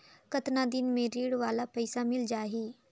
कतना दिन मे ऋण वाला पइसा मिल जाहि?